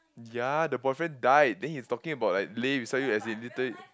ya the boyfriend died then he's talking about like lay beside you as in like literally